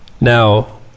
Now